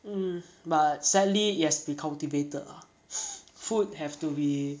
um but sadly it has to be cultivated ah food have to be